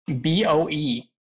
B-O-E